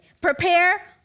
Prepare